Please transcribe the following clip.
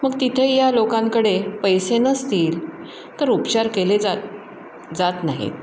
मग तिथे या लोकांकडे पैसे नसतील तर उपचार केले जात जात नाहीत